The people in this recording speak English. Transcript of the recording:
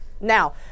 Now